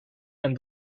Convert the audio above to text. and